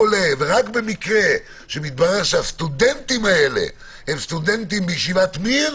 כשמתברר שהסטודנטים האלה הם סטודנטים בישיבת מיר,